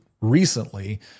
recently